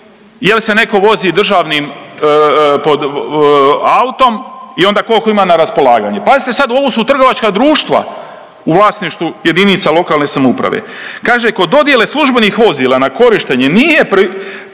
jel' se netko vozi državnim autom i onda koliko ima na raspolaganju. Pazite sad ovo su trgovačka društva u vlasništvu jedinica lokalne samouprave. Kaže kod dodjele službenih vozila na korištenje nije